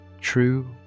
True